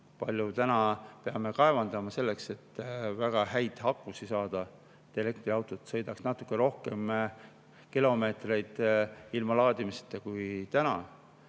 palju me täna peame kaevandama selleks, et väga häid akusid saada, et elektriautod sõidaksid natuke rohkem kilomeetreid ilma laadimiseta kui